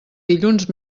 dilluns